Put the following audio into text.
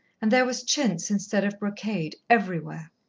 and there was chintz instead of brocade, everywhere.